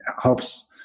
helps